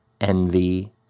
envy